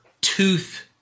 tooth